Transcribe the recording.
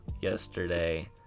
yesterday